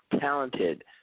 talented